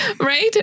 right